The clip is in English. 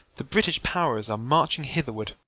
the british pow'rs are marching hitherward.